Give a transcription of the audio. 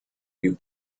you